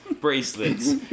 bracelets